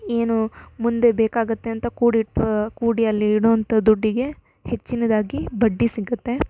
ಏನು ಮುಂದೆ ಬೇಕಾಗುತ್ತೆ ಅಂತ ಕೂಡಿಟ್ಟು ಕೂಡಿ ಅಲ್ಲಿ ಇಡೋವಂಥ ದುಡ್ಡಿಗೆ ಹೆಚ್ಚಿನದಾಗಿ ಬಡ್ಡಿ ಸಿಗುತ್ತೆ